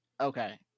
Okay